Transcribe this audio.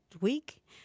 week